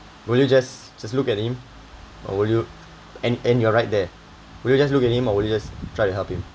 will you just just look at him or will you and and you are right there will you just look at him or would you just try to help him